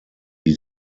die